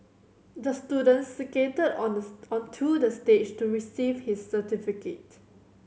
the student skated on the onto the stage to receive his certificate